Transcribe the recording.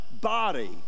body